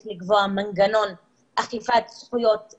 הם מתכוננים לשלב חזרה את הנשים הערביות לשוק